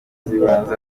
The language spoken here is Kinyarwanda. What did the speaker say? z’ibanze